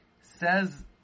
Says